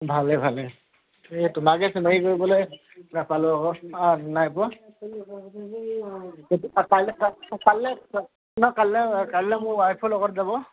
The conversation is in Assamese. ভালে ভালে তোমাকে চিনাকী কৰিবলে নাপালো আৰু নাইপোৱা কাইলে কাইলে মোৰ ৱাইফো লগত যাব